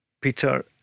Peter